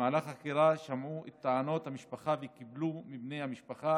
במהלך החקירה שמעו את טענות המשפחה וקיבלו מבני המשפחה